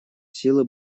силы